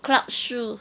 clog shoe